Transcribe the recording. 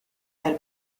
del